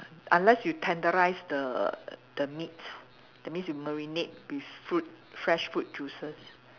unless you tenderise the the meat that means you marinate with fruit fresh fruit juices